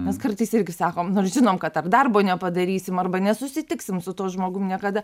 mes kartais irgi sakom nors žinom kad ar darbo nepadarysim arba nesusitiksim su tuo žmogum niekada